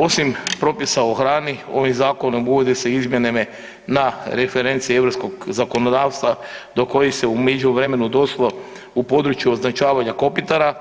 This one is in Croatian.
Osim propisa o hrani, ovim zakonom uvode se izmjene na reference europskog zakonodavstva do kojih se u međuvremenu došlo u području označavanja kopitara,